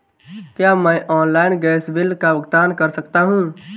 क्या मैं online gas bill का भुगतान कर सकता हूँ?